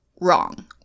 wrong